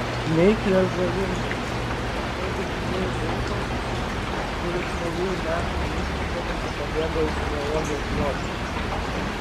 neik į ąžuolyną jeigu bijai vilko kuris naujųjų metų išvakarėse pabėgo iš zoologijos sodo